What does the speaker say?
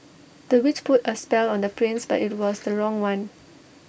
the witch put A spell on the prince but IT was the wrong one